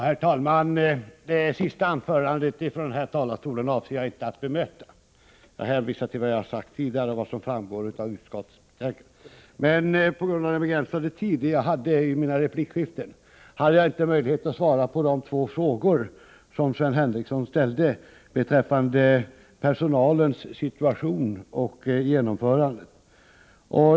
Herr talman! Jag avser inte att bemöta det senaste anförandet från talarstolen, utan hänvisar till vad jag har sagt tidigare och till vad som står i utskottets betänkande. På grund av den begränsade tid som jag hade i mina replikskiften kunde jag inte svara på de två frågor som Sven Henricsson ställde beträffande personalens situation och genomförandet.